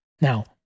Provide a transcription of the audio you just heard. Now